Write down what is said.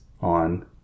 on